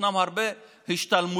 ישנן הרבה השתלמויות.